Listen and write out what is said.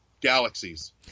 Galaxies